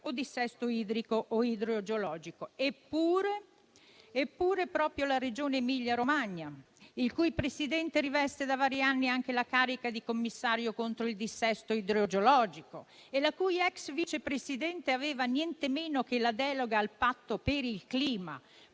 o dissesto idrico o idrogeologico. Eppure proprio la Regione Emilia-Romagna, il cui Presidente riveste da vari anni anche la carica di commissario contro il dissesto idrogeologico e la cui ex vice presidente aveva niente meno che la delega al patto per il clima,